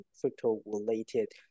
crypto-related